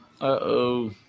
uh-oh